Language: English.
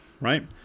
right